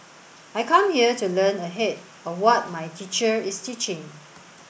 I come here to learn ahead of what my teacher is teaching